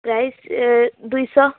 price ଦୁଇଶହ